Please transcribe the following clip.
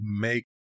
make